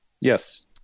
yes